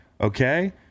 okay